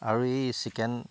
আৰু এই চিকেন